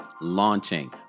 launching